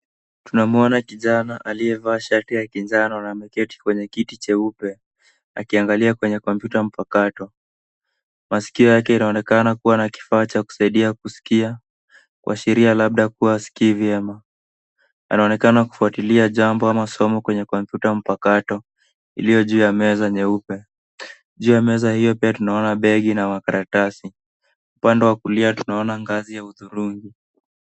Tunamwona kijana aliyevaa shati la kinjano na ameketi kwenye kiti cheupe, akiangalia kwenye kompyuta mpakato. Masikio yake inaonekana kuwa na kifaa cha kusaidia kusikia, kuashiria labda kuwa hasikii vyema. Anaonekana kufuatilia jambo ama somo kwenye kompyuta mpakato iliyo juu ya meza nyeupe. Juu ya meza hiyo pia tunaona begi na makaratasi. Upande wa kulia tunaona ngazi ya hudhurungi.